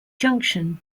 junction